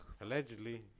allegedly